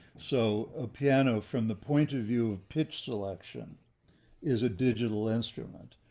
so a piano from the point of view of pitch selection is a digital instrument,